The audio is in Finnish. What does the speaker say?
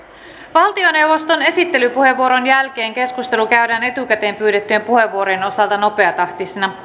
valtioneuvoston esittelypuheenvuoron jälkeen keskustelu käydään etukäteen pyydettyjen puheenvuorojen osalta nopeatahtisena